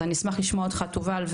אז אני אשמח לשמוע אותך תובל,